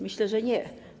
Myślę, że nie.